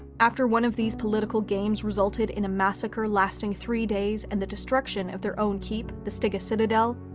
after one of these political games resulted in a massacre lasting three days and the destruction of their own keep, the stygga citadel,